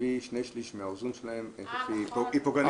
להביא שני שליש מהעוזרים שלהם היא פוגענית.